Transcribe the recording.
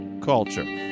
Culture